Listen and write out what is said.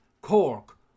Cork